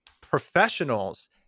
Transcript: professionals